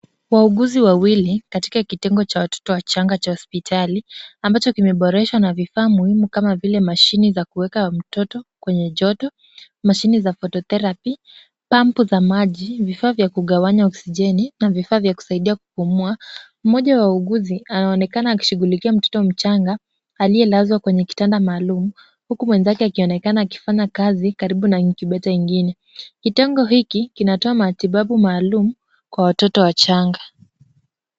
Wauguzi wawili katika kitengo cha watoto wachanga cha hospitali ambacho kimeboresha na vifaa muhimu kama vile mashini za kueka mtoto kwenye joto, mashini za phototherapy , pampu za maji, vifaa vya kugawanya oksijeni na vifaa vya kusaidia kupumua. Mmoja wa wauguzi anaonekana akishughulikia mtoto mchanga aliyelazwa kwenye kitanda maalumu huku mwenzake akionekana akifanya kazi karibu na incubator ingine. Kitengo hiki kinatoa matibabu maalumu kwa watoto wachanga.